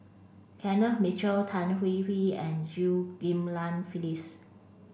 Kenneth Mitchell Tan Hwee Hwee and Chew Ghim Lian Phyllis